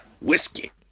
Whiskey